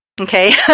okay